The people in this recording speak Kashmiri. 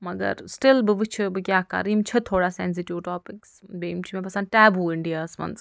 مَگر سِٹٕل بہٕ وُچھہٕ بہٕ کیٛاہ کرٕ یِم چھِ تھوڑا سیٚنزِٹِو ٹواپِکٕس بیٚیہِ یِم چھِ مےٚ باسان ٹیبوٗ اِنڈِیا ہَس منٛز